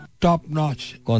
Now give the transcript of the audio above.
top-notch